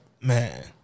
Man